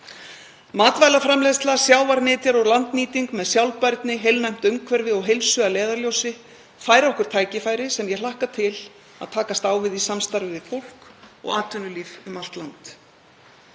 Matvælaframleiðsla, sjávarnytjar og landnýting með sjálfbærni, heilnæmt umhverfi og heilsu að leiðarljósi færa okkur tækifæri sem ég hlakka til að takast á við í samstarfi við fólk og atvinnulíf um allt land.